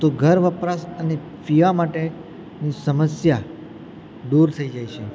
તો ઘર વપરાશ અને પીવા માટેની સમસ્યા દૂર થઈ જાય છે